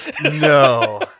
No